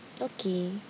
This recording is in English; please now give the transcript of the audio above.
okay